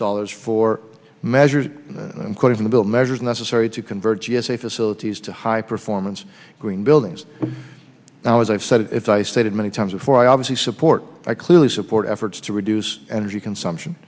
dollars for measures including the bill measures necessary to convert g s a facilities to high performance green buildings now as i've said it's i stated many times before i obviously support i clearly support efforts to reduce energy consumption